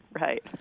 Right